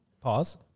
Pause